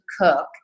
cook